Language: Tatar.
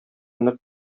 нык